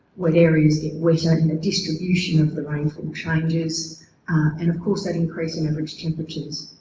wet areas get wetter, and in the distribution of the rainfall changes and of course that increasing average temperatures.